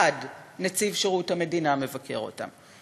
1. נציב שירות המדינה מבקר אותם,